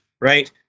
right